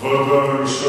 קיומו של